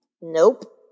Nope